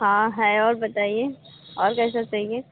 हाँ है और बताइए और क्या क्या चाहिए